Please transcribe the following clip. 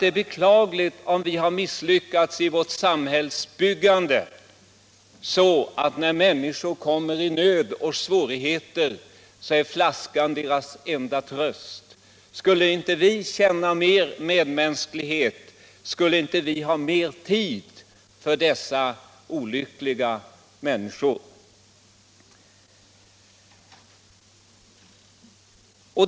Det är beklagligt om vi har misslyckats så i vårt samhällsbyggande, att flaskan är människors enda tröst när de kommer i nöd och svårigheter. Känner vi inte mer medmänsklighet, har vi inte mer tid än så för dessa olyckliga människor?